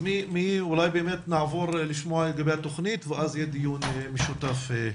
נעבור לשמוע לגבי התוכנית ואז יהיה דיון משותף.